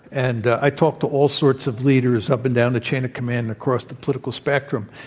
and i talked to all sorts of leaders up and down the chain of command across the political spectrum.